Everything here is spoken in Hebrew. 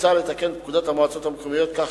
מוצע לתקן את פקודת המועצות המקומיות כך